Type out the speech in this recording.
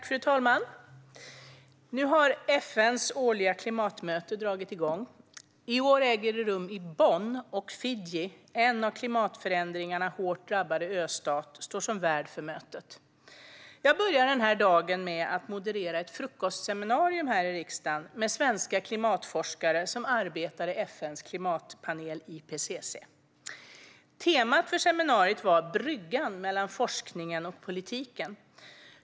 Fru talman! Nu har FN:s årliga klimatmöte dragit i gång. I år äger det rum i Bonn, och Fiji, som är en av klimatförändringarna hårt drabbad östat, står som värd för mötet. Jag började den här dagen med att moderera ett frukostseminarium här i riksdagen med svenska klimatforskare som arbetar i FN:s klimatpanel IPCC. Temat för seminariet var Bryggan mellan forskningen och politiken .